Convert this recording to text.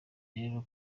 rero